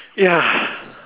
ya